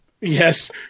Yes